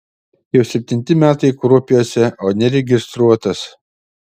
jau septinti metai kruopiuose o neregistruotas